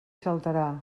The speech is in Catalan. saltarà